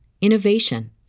innovation